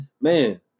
man